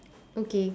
okay